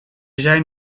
zijn